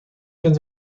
vind